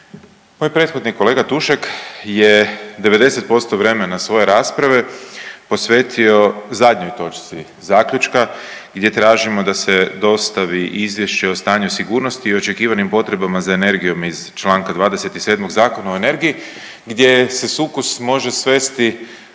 Moj prethodni kolega Tušek je 90% vremena svoje rasprave posvetio zadnjoj točci Zaključka gdje tražimo da se dostavi izvješće o stanju sigurnosti i očekivanim potrebama za energijom iz čl. 27. Zakona o energiji, gdje se sukus može svesti